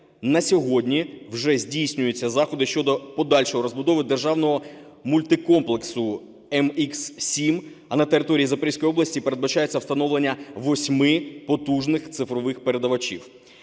на сьогодні вже здійснюються заходи щодо подальшої розбудови державного мультиплексу МХ-7, а на території Запорізької області передбачається встановлюється 8 потужних цифрових передавачів.